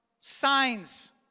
signs